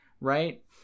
right